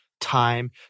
time